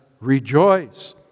rejoice